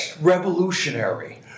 revolutionary